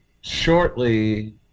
shortly